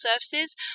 services